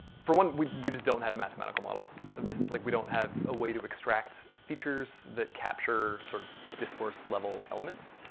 for one, we we just don't have mathematical models of this, like we don't have a way to extract features that capture sort of discourse-level elements.